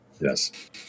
Yes